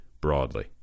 broadly